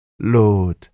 Lord